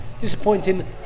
Disappointing